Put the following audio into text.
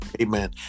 amen